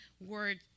word